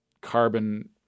carbon